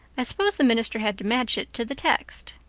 i suppose the minister had to match it to the text.